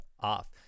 Off